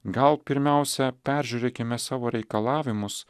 gal pirmiausia peržiūrėkime savo reikalavimus